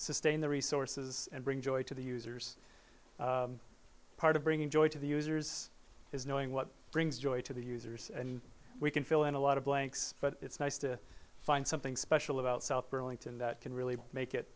sustain the resources and bring joy to the users part of bringing joy to the users is knowing what brings joy to the users and we can fill in a lot of blanks but it's nice to find something special about south burlington that can really make it